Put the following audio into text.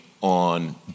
on